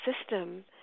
system